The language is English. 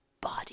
body